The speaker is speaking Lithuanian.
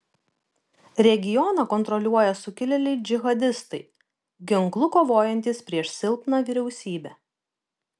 regioną kontroliuoja sukilėliai džihadistai ginklu kovojantys prieš silpną vyriausybę